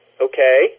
okay